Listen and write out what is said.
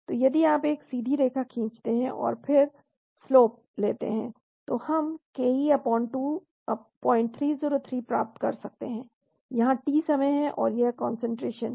तो यदि आप एक सीधी रेखा खींचते हैं और फिर स्लोप लेते हैं तो हम ke2303 प्राप्त कर सकते हैं यहाँ t समय है और यह कंसंट्रेशन है